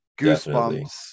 goosebumps